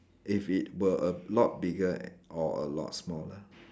if it were a lot bigger or a lot smaller